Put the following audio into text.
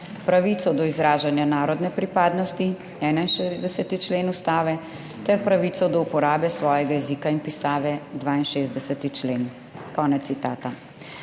pravico do izražanja narodne pripadnosti (61. člen) ter pravico do uporabe svojega jezika in pisave (62. člen).« Konec citata.